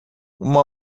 uma